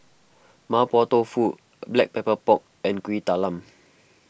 Mapo Tofu Black Pepper Pork and Kuih Talam